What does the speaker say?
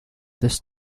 this